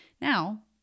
Now